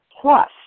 plus